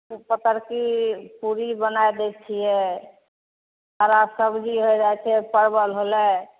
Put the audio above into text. ओ पतरकी पूरी बनाए दै छियै हरा सब्जी होइ जाइ छै परबल होलै